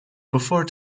before